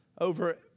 over